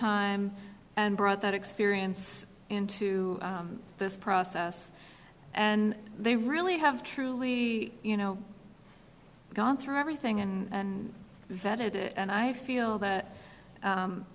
time and brought that experience into this process and they really have truly you know gone through everything and vetted it and i feel that